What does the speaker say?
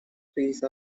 piece